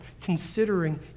considering